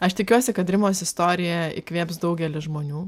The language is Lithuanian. aš tikiuosi kad rimos istorija įkvėps daugelį žmonių